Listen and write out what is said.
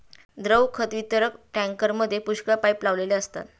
द्रव खत वितरक टँकरमध्ये पुष्कळ पाइप लावलेले असतात